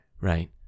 Right